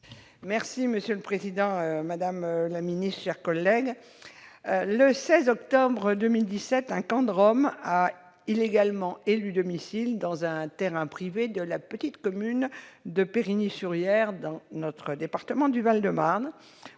ministre de l'intérieur. Madame la ministre, chers collègues, le 16 octobre 2017, des Roms ont illégalement élu domicile sur un terrain privé de la petite commune de Périgny-sur-Yerres, dans notre département du Val-de-Marne.